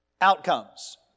outcomes